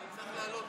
אני צריך לעלות.